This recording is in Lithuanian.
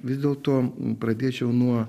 vis dėlto pradėčiau nuo